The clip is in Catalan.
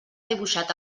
dibuixat